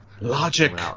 Logic